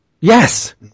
Yes